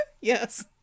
Yes